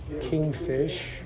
Kingfish